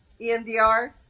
EMDR